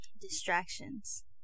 distractions